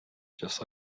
just